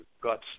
got